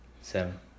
Seven